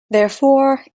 therefore